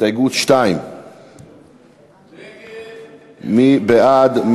הסתייגות 2. מי בעד?